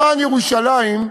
למען ירושלים,